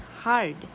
hard